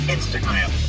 Instagram